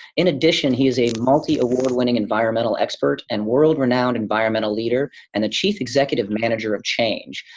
in addition, he is a multi-award-winning environmental expert and world renowned environmental leader and the chief executive manager of change,